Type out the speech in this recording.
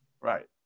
Right